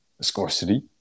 scarcity